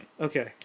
Okay